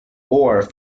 ore